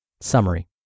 Summary